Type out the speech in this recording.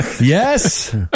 Yes